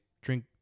drink